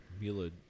Mila